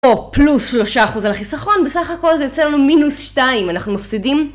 או פלוס שלושה אחוז על החיסכון, בסך הכל זה יוצא לנו מינוס שתיים, אנחנו מפסידים?